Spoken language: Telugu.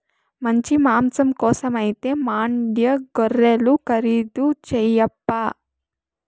మంచి మాంసం కోసమైతే మాండ్యా గొర్రెలు ఖరీదు చేయప్పా